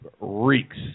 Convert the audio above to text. reeks